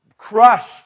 crushed